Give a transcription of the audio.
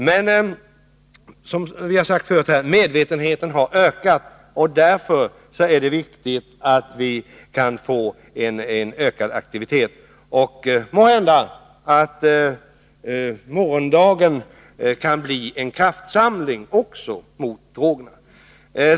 Men medvetenheten har ökat, och därför är det viktigt att vi kan få en ökad aktivitet. Måhända morgondagen kan innebära en kraftsamling också mot drogerna.